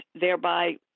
thereby